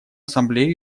ассамблею